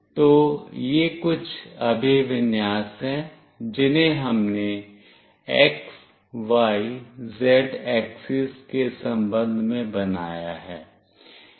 तो ये कुछ अभिविन्यास हैं जिन्हें हमने x y z axis के संबंध में बनाया है